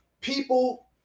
people